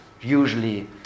usually